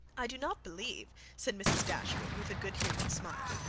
i do not believe, said mrs. dashwood, with a good humoured smile,